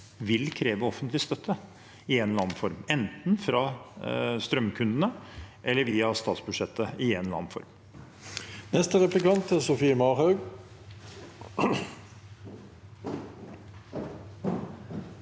vil kreve offentlig støtte i en eller annen form, enten fra strømkundene eller via statsbudsjettet i en eller annen form. Sofie Marhaug